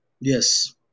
yes